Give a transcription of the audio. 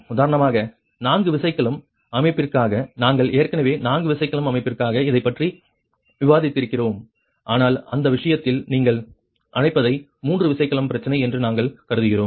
உதாரணமாக நான்கு விசைக்கலம் அமைப்பிற்காக நாங்கள் ஏற்கனவே நான்கு விசைக்கலம் அமைப்பிற்காக இதைப் பற்றி விவாதித்திருக்கிறோம் ஆனால் இந்த விஷயத்தில் நீங்கள் அழைப்பதை மூன்று விசைக்கலம் பிரச்சனை என்று நாங்கள் கருதுகிறோம்